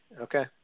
Okay